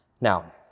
Now